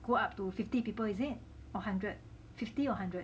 go up to fifty people is it or hundred fifty or hundred